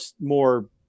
more